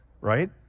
right